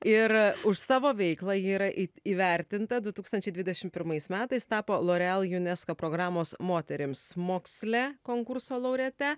ir už savo veiklą ji yra į įvertinta du tūkstančiai dvidešim pirmais metais tapo loreal unesco programos moterims moksle konkurso laureate